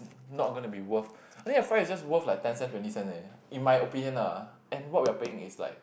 not gonna be worth I think the fries is just worth like ten cents twenty cents only in my opinion lah and what we are paying is like